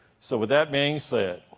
so with that being said,